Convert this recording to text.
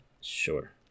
Sure